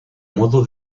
modo